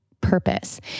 purpose